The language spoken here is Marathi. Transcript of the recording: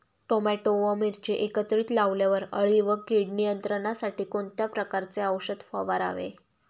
टोमॅटो व मिरची एकत्रित लावल्यावर अळी व कीड नियंत्रणासाठी कोणत्या प्रकारचे औषध फवारावे?